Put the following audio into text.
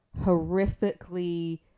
horrifically